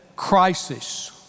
Crisis